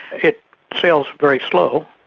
it sails very slow,